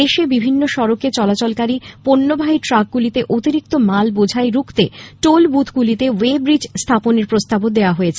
দেশএ বিভিন্ন সড়কে চলাচলকারী পণ্যবাহী ট্রাকগুলিতে অতিরিক্ত মাল বোঝাই রুখতে টোল বুথ গুলিতে ওয়ে ব্রিজ স্থাপনের প্রস্তাবও দেওয়া হয়েছে